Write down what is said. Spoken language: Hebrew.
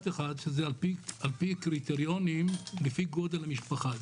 אחד שזה על פי קריטריונים לפי גודל המשפחה.